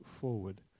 forward